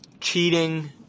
cheating